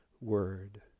word